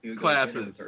classes